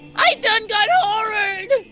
i done got horrored!